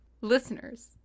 Listeners